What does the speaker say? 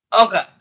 Okay